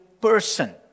person